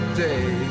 day